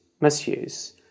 misuse